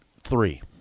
three